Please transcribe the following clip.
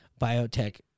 biotech